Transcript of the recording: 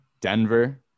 Denver